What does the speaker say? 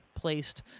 placed